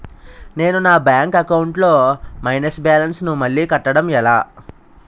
నేను నా bank account లొ మైనస్ బాలన్స్ ను మళ్ళీ కట్టడం ఎలా?